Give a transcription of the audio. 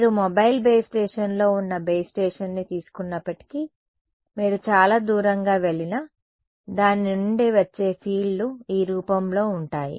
మీరు mobile base స్టేషన్లో ఉన్న బేస్ స్టేషన్ని తీసుకున్నప్పటికీ మీరు చాలా దూరంగా వెళ్లినా దాని నుండి వచ్చే ఫీల్డ్లు ఈ రూపంలో ఉంటాయి